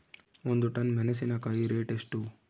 ಒಂದು ಟನ್ ಮೆನೆಸಿನಕಾಯಿ ರೇಟ್ ಎಷ್ಟು?